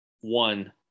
one